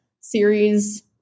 series